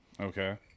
Okay